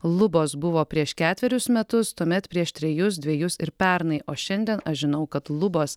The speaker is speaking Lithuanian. lubos buvo prieš ketverius metus tuomet prieš trejus dvejus ir pernai o šiandien aš žinau kad lubos